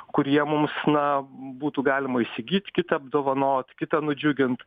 kurie mums na būtų galima įsigyt kitą apdovanot kitą nudžiugint